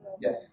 Yes